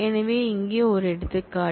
எனவே இங்கே ஒரு எடுத்துக்காட்டு